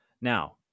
Now